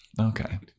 okay